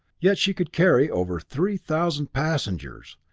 yet she could carry over three thousand passengers,